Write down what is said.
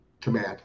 command